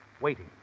waiting